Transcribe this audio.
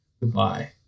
Goodbye